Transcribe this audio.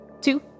two